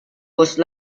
whose